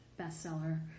bestseller